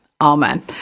Amen